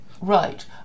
Right